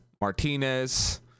Martinez